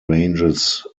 ranges